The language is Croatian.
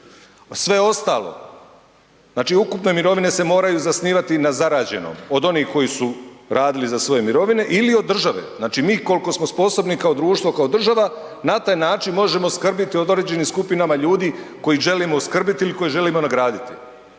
Sve ostalo, znači ukupne mirovine se moraju zasnivati na zarađenom od onih koji su radili za svoje mirovine ili od države. Znači mi koliko smo sposobni kao društvo, kao država na taj način možemo skrbiti o određenim skupinama ljudi koje želimo skrbiti ili koje želimo nagraditi.